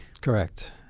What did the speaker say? Correct